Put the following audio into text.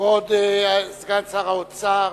כבוד סגן שר האוצר,